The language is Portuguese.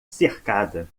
cercada